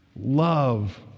love